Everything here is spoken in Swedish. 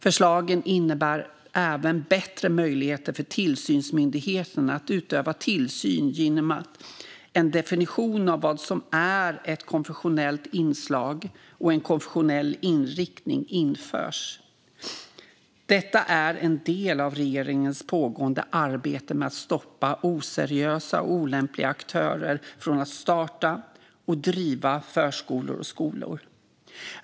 Förslagen innebär även bättre möjligheter för tillsynsmyndigheterna att utöva tillsyn genom att en definition av vad som är ett konfessionellt inslag och en konfessionell inriktning införs. Detta är en del av regeringens pågående arbete med att stoppa oseriösa och olämpliga aktörer från att starta och driva förskolor och skolor.